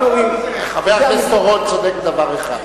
חבר הכנסת אורון צודק בדבר אחד,